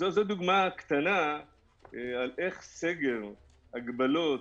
זו דוגמה קטנה על איך סגר, הגבלות,